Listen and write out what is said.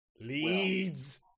Leeds